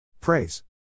Praise